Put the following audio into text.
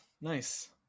nice